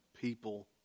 people